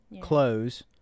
close